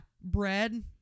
Bread